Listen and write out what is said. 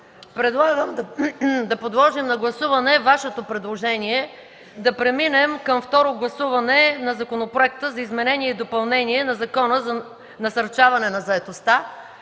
предлагам да подложим на гласуване Вашето предложение да преминем към второ гласуване на Законопроекта за изменение и допълнение на Закона за насърчаване на заетостта.